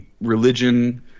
religion